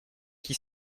qui